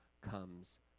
comes